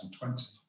2020